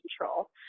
control